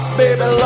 baby